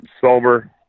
sober